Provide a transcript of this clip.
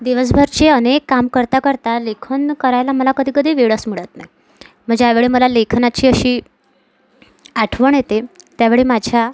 दिवसभराचे अनेक काम करता करता लेखन करायला मला कधी कधी वेळच मिळत नाही मग ज्यावेळी मला लेखनाची अशी आठवण येते त्यावेळी माझ्या